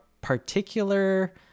particular